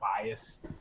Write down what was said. bias